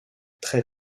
très